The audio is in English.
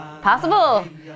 possible